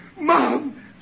Mom